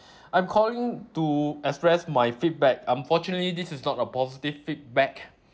I'm calling to express my feedback unfortunately this is not a positive feedback